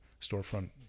storefront